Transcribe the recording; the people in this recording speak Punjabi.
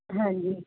ਹਾਂਜੀ